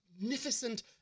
magnificent